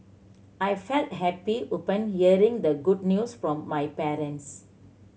I felt happy upon hearing the good news from my parents